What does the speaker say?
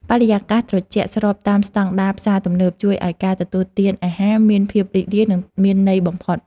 បរិយាកាសត្រជាក់ស្របតាមស្តង់ដារផ្សារទំនើបជួយឱ្យការទទួលទានអាហារមានភាពរីករាយនិងមានន័យបំផុត។